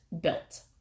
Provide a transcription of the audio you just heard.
built